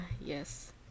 yes